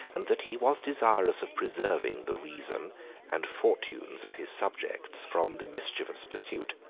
and that he was desirous of preserving the reason and fortunes of his subjects from the mischievous pursuit.